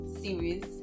series